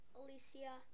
Alicia